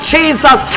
Jesus